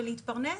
ולהתפרנס.